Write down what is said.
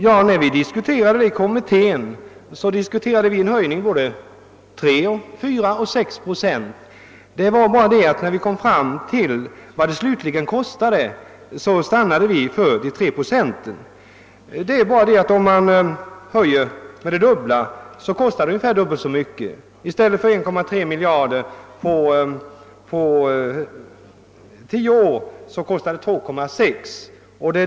Ja, när vi behandlade frågan i kommittén diskuterade vi en höjning med både 3, 4 och 6 procent, men när vi kom fram till vad det hela skulle kosta stannade vi vid 3 procent. Om man höjer med det dubbla blir ju kostnaden ungefär dubbelt så stor — i stället för 1,3 miljard på tio år kostar det 2,6 miljarder.